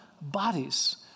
bodies